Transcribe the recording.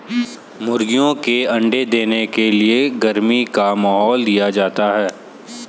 मुर्गियों के अंडे देने के लिए गर्मी का माहौल दिया जाता है